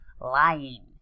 lying